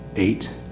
eight,